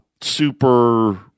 super